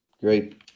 Great